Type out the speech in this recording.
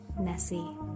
Nessie